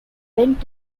went